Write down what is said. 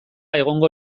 egongo